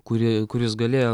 kuri kuris galėjo